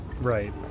Right